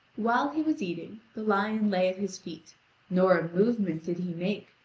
while he was eating, the lion lay at his feet nor a movement did he make,